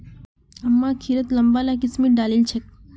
अम्मा खिरत लंबा ला किशमिश डालिल छेक